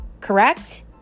correct